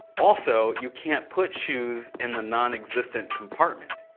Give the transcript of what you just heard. also, you can't put shoes in the nonexistent compartment.